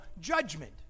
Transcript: judgment